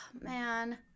man